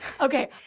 Okay